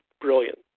brilliant